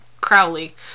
Crowley